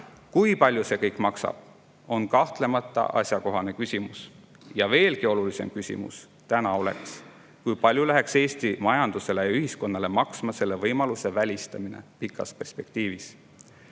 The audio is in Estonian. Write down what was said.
Kui palju see kõik maksab, on kahtlemata asjakohane küsimus, aga veelgi olulisem küsimus on täna see, kui palju läheks Eesti majandusele ja ühiskonnale maksma selle võimaluse välistamine pikas perspektiivis.